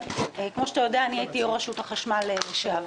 כפי שאתה יודע, הייתי יושבת-ראש רשות החשמל בעבר.